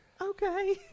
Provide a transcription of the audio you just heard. Okay